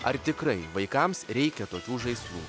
ar tikrai vaikams reikia tokių žaislų